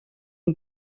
own